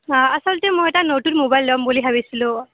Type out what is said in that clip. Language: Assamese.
অঁ আচলতে মই এটা নতুন মবাইল ল'ম বুলি ভাবিছিলোঁ